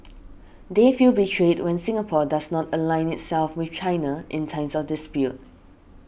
they feel betrayed when Singapore does not align itself with China in times of dispute